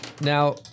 Now